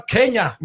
Kenya